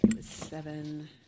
seven